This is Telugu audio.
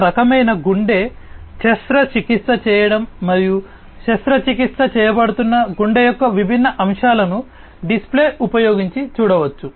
ఒక రకమైన గుండె శస్త్రచికిత్స చేయడం మరియు శస్త్రచికిత్స చేయబడుతున్న గుండె యొక్క విభిన్న అంశాలను డిస్ప్లే ఉపయోగించి చూడవచ్చు